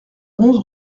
onze